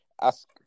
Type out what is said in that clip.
ask